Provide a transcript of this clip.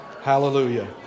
Hallelujah